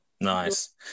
Nice